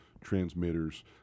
transmitters